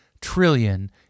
trillion